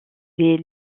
des